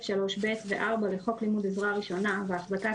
3ב ו-4 לחוק לימוד עזרה ראשונה והחזקת